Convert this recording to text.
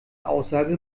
aussage